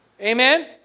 Amen